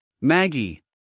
Maggie